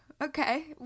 okay